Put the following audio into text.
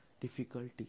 difficulty